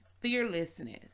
fearlessness